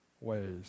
ways